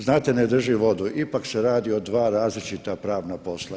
Znate, ne drži vodu, ipak se radi o dva različita pravna posla.